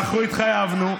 אנחנו התחייבנו,